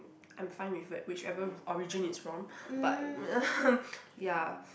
I'm fine with w~ whichever origin it's from but ya